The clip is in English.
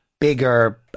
bigger